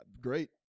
great